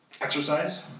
Exercise